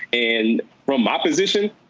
and from my position,